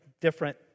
different